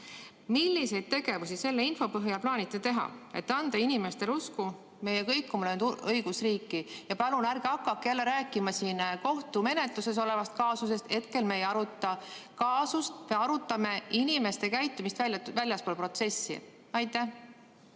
Milliseid tegevusi selle info põhjal plaanite teha, et anda inimestele usku meie kõikuma löönud õigusriiki? Palun ärge hakake jälle rääkima kohtumenetluses olevast kaasusest. Hetkel me ei aruta kaasust, me arutame inimeste käitumist väljaspool protsessi. Maris